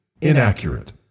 inaccurate